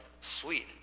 sweet